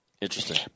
Interesting